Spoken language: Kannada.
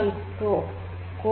೦ industry 4